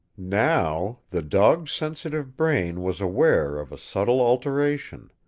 now, the dog's sensitive brain was aware of a subtle alteration.